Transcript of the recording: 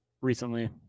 recently